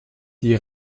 die